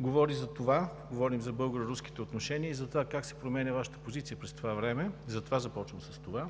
говори за това – за българо-руските отношения и как се променя Вашата позиция през това време – затова започвам така,